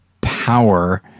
power